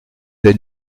elle